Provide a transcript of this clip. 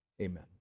Amen